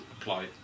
apply